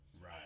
Right